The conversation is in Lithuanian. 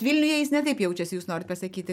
vilniuje jis ne taip jaučiasi jūs norit pasakyti